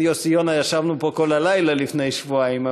יוסי יונה ישבנו פה כל הלילה לפני שבועיים,